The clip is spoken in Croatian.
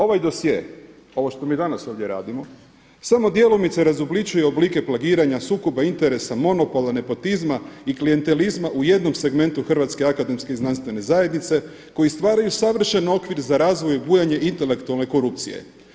Ovaj dosje, ovo što mi danas ovdje radimo samo djelomice razobličuje oblike plagiranja sukoba interesa, monopola, nepotizma i klijentelizma u jednom segmentu hrvatske akademske znanstvene zajednice koji stvaraju savršen okvir za razvoj, bujanje intelektualne korupcije.